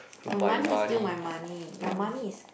my money is still my money your money is